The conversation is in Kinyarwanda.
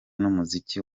n’umuziki